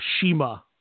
Shima